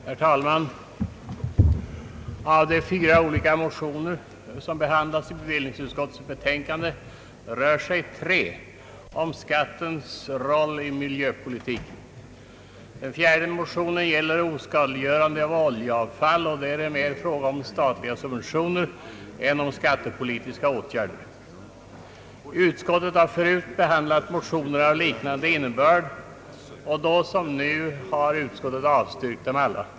Herr talman! Av de fyra olika motioner som behandlas i bevillningsutskottets betänkande rör sig tre om skattens roll i miljöpolitiken. Den fjärde motionen gäller oskadliggörande av oljeavfall, och det är mer en fråga om statliga subventioner än om skattepolitiska åtgärder. Utskottet har tidigare behandlat motioner av liknande innebörd och då som nu avstyrkt dem alla.